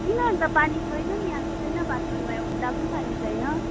किन अन्त पानी छैन नि आएको छैन बाथरूममा एउटा पनि पानी छैन